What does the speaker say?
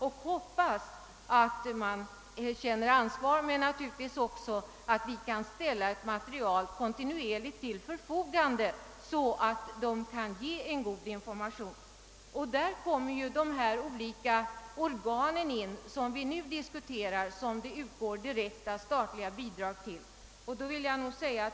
Jag hoppas att massmedia skall känna sitt ansvar men också att vi kontinuerligt skall kunna ställa material till förfogande, så att massmedia kan ge en god information. I detta sammanhang kommer de olika organ, som vi nu diskuterar och som det utgår direkta statsbidrag till, in i bilden.